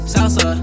Salsa